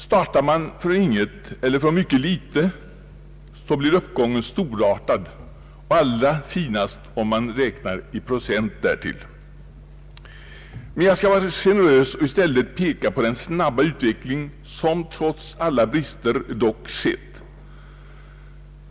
Startar man från inget eller från mycket litet så blir uppgången storartad, och allra finast om man räknar i procent. Men jag skall vara generös och i stället peka på den snabba utveckling som trots alla brister har skett.